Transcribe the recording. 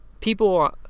people